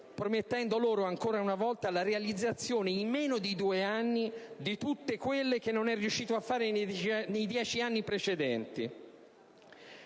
promettendo loro ancora una volta la realizzazione, in meno di due anni, di tutte quelle che non è riuscito a fare nei dieci anni precedenti,